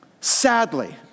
Sadly